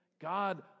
God